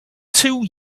two